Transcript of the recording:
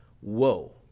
Whoa